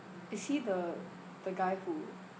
is he the the guy who